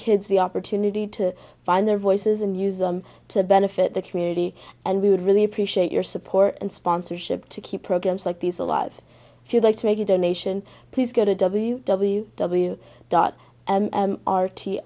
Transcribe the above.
kids the opportunity to find their voices and use them to benefit the community and we would really appreciate your support and sponsorship to keep programs like these a lot if you'd like to make a donation please go to w w w dot